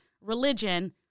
religion